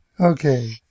Okay